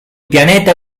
pianeta